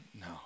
No